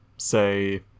Say